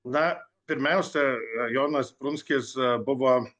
na pirmiausia jonas prunskis buvo